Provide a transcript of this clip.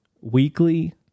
weekly